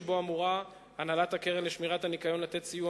שבו אמורה הנהלת הקרן לשמירת הניקיון לתת סיוע